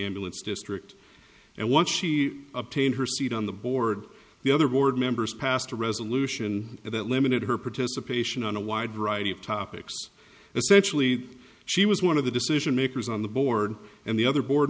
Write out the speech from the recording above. ambulance district and once she obtained her seat on the board the other board members passed a resolution that limited her participation on a wide variety of topics essentially she was one of the decision makers on the board and the other board